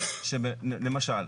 אתה